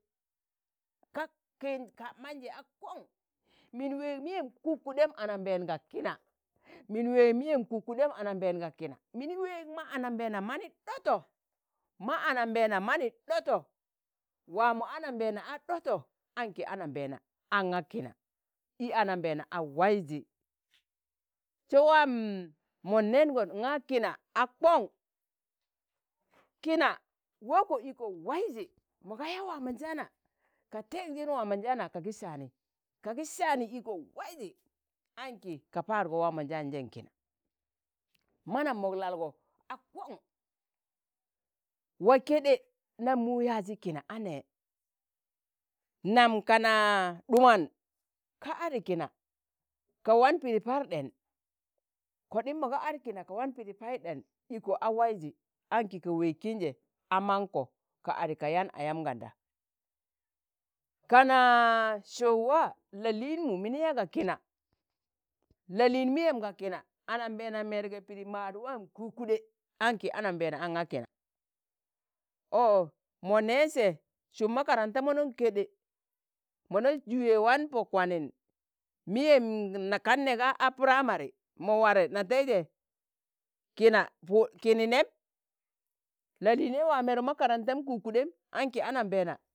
ka kin ka manje a kon, min weeg miyem kukuɗem anambeen ga kina, min weeg miyem kukudem anambeen ga kina, mini wee ma anambeena mani ɗoto, ma anambeena mani ɗoto, wa mo anambeena a ɗoto anki anambeena anga kina, i anambeena a waizi, se waam mon neengon nga kina a kon, kina woko iko waizi, mo ga yaa waaamonjaana ka tenjin waamonjaana ka gi saani, kagi saani iko waizi, anki ka paadgo waamonjaanjeṇ kina, manam mok lalgo a kong, waa keɗe nam mu yaazi kina a ne, nam kana ɗuman, ka adi kina ka wan pidi par ɗen, koɗim mo ga ar kina ka wan pidi par ɗen iko a waiji, anki ka weeg kinje a manko ka adi ka yaan ayam ganda, kana̱ so̱o waa la'liinmu mini yaa ga kina, la'liin miyem ga kina, anambeena mergen pidi maad waam kukuɗe anki anambeena anga kina, ọ mọ nẹ sẹ sụm makaranta mọnọṇ keɗe, mona juye wan pọ kwanin miyem na kam neega a puramari mọ ware na teije, kina pud kini nem la'liinei waa meruk makarantam kukudem anki anambeena